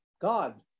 God